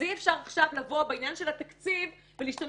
אז אי אפשר עכשיו לבוא בעניין של התקציב ולהשתמש